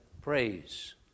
praise